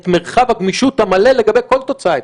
את מרחב הגמישות המלא לגבי כל תוצאה אפשרית.